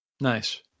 Nice